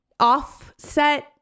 offset